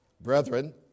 Brethren